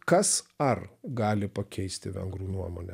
kas ar gali pakeisti vengrų nuomonę